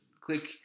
click